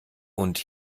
und